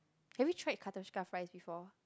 have you tried katoshka fries before